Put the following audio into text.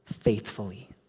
faithfully